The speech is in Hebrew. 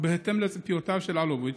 ובהתאם לציפיותיו של אלוביץ',